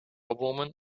woman